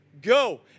go